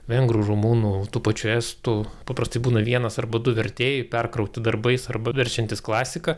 vengrų rumunų tų pačių estų paprastai būna vienas arba du vertėjai perkrauti darbais arba verčiantys klasiką